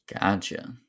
Gotcha